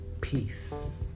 Peace